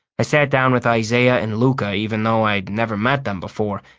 i sat down with isaiah and luca even though i'd never met them before,